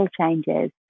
changes